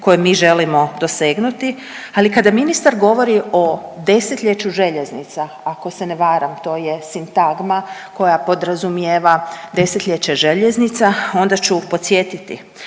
koje mi želimo dosegnuti, ali kada ministar govori o desetljeću željeznica, ako se ne varam, to je sintagma koja podržava desetljeće željeznica, onda ću podsjetiti